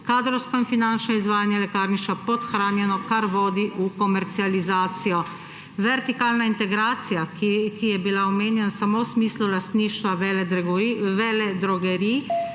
Kadrovsko in finančno izvajanje lekarništva je podhranjeno, kar vodi v komercializacijo. Vertikalna integracija, ki je bila omenjena samo v smislu lastništva veledrogerij